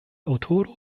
aŭtoro